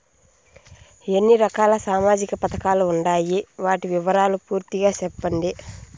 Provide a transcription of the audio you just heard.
ఎన్ని రకాల సామాజిక పథకాలు ఉండాయి? వాటి వివరాలు పూర్తిగా సెప్పండి?